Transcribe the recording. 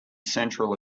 central